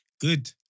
Good